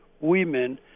women